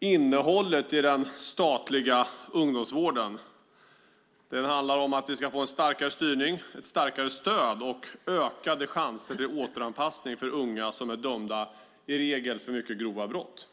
innehållet i den statliga ungdomsvården. Det ska bli starkare styrning och stöd och ökade chanser till återanpassning för unga som är dömda för i regel mycket grova brott.